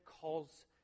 calls